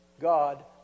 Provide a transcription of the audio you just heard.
God